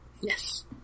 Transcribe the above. Yes